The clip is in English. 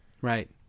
Right